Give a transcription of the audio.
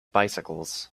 bicycles